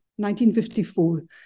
1954